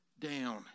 down